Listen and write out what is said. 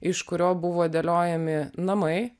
iš kurio buvo dėliojami namai